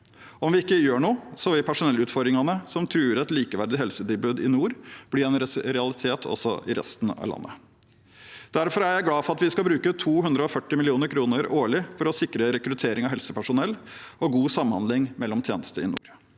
Om vi ikke gjør noe, vil personellutfordringene som truer et likeverdig helsetilbud i nord, bli en realitet også i resten av landet. Derfor er jeg glad for at vi skal bruke 240 mill. kr årlig for å sikre rekruttering av helsepersonell og god samhandling mellom tjenestene i nord.